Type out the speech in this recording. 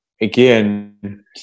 again